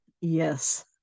Yes